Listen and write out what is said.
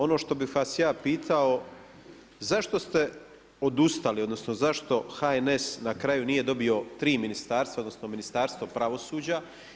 Ono što bih vas ja pitao, zašto ste odustali odnosno zašto HNS na kraju nije dobio tri ministarstva odnosno Ministarstvo pravosuđe?